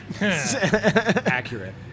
Accurate